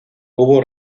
hubo